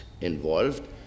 involved